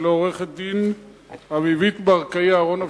ולעורכת-דין אביבית ברקאי-אהרונוב,